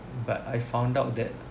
but I found out that